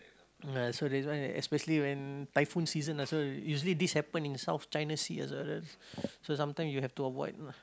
ah so this one especially when typhoon season ah so usually this happen in the South China Sea ah so sometime you have to avoid lah